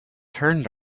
turned